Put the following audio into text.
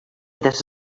this